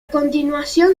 continuación